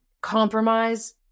compromise